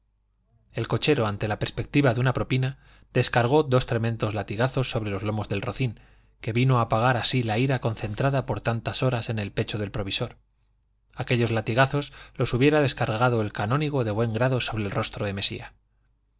el cochero ante la perspectiva de una propina descargó dos tremendos latigazos sobre los lomos del rocín que vino a pagar así la ira concentrada por tantas horas en el pecho del provisor aquellos latigazos los hubiera descargado el canónigo de buen grado sobre el rostro de mesía